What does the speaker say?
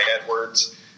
Edwards